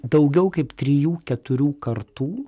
daugiau kaip trijų keturių kartų